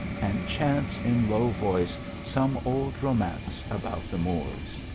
and chants in low voice some old romance about the moors.